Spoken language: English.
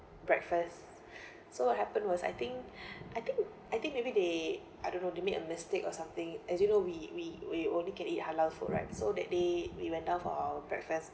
breakfast so what happened was I think I think I think maybe they I don't know they make a mistake or something as you know we we we only can eat halal food right so that day we went out for our breakfast